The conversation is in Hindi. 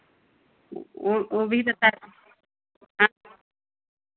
वो वो भी बता दीजिए